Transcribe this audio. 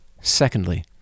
Secondly